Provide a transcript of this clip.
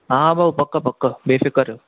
हा भाउ पकु पकु बेफ़िकर रहियो